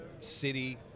city